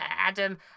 Adam